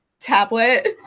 Tablet